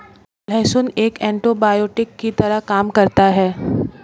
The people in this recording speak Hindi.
लहसुन एक एन्टीबायोटिक की तरह काम करता है